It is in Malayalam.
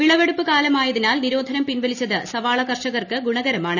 വിളവെടുപ്പ് കാലമായതിനാൽ നിരോധനം പിൻവലിച്ചത് സവാള കർഷകർക്ക് ഗുണകരമാണ്